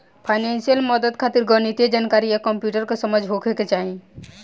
financial मदद खातिर गणितीय जानकारी आ कंप्यूटर के समझ होखे के चाही